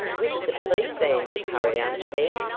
wish the police van would hurry up, then,